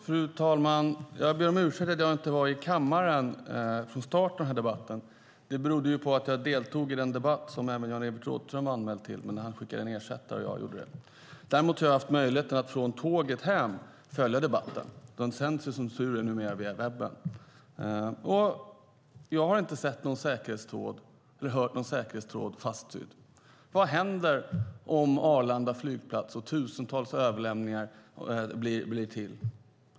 Fru talman! Jag ber om ursäkt för att jag inte var i kammaren i början av debatten. Det beror på att jag deltog i en debatt som även Jan-Evert Rådhström var anmäld till, men han skickade en ersättare. Däremot har jag haft möjligheten att på tåget följa debatten - debatterna sänds ju som tur är numera via webben - och jag har inte hört att någon säkerhetstråd skulle vara fastsydd. Vad händer om Arlanda flygplats konkurrensutsätts och tusentals överlämningar blir till?